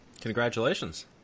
Congratulations